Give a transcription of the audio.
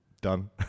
done